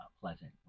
pleasant